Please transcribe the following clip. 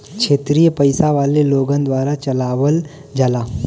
क्षेत्रिय पइसा वाले लोगन द्वारा चलावल जाला